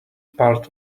part